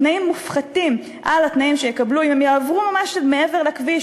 תנאים מופחתים מהתנאים שהם יקבלו אם הם יעברו ממש מעבר לכביש,